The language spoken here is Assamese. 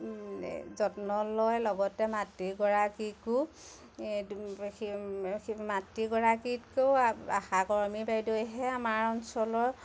যত্ন লয় লগতে মাতৃগৰাকীকো এ সেই মাতৃগৰাকীতকৈও আশাকৰ্মী বাইদেউহে আমাৰ অঞ্চলৰ